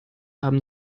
haben